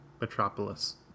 Metropolis